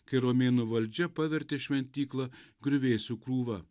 kai romėnų valdžia pavertė šventyklą griuvėsių krūva